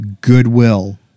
goodwill